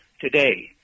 today